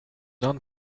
non